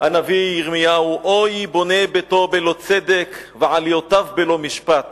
הנביא ירמיהו: "הוי בונה ביתו בלא צדק ועליותיו בלא משפט